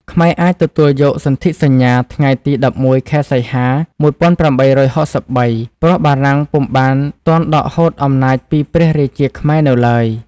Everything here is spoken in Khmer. ខ្មែរអាចទទួលយកសន្ធិសញ្ញាថ្ងៃទី ១១ ខែ សីហា ១៨៦៣ ព្រោះបារាំងពុំបានទាន់ដកហូតអំណាចពីព្រះរាជាខ្មែរនៅឡើយ។